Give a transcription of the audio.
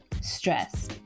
stress